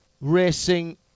racing